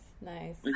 nice